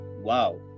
wow